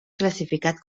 classificat